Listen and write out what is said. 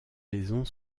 maison